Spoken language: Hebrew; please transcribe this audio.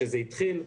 כשזה התחיל,